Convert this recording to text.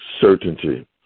certainty